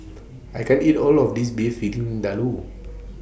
I can't eat All of This Beef Vindaloo